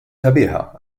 sabiħa